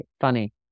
funny